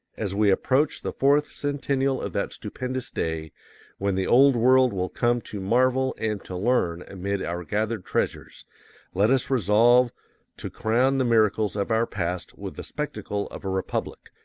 as we approach the fourth centennial of that stupendous day when the old world will come to marvel and to learn amid our gathered treasures let us resolve to crown the miracles of our past with the spectacle of a republic,